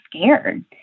scared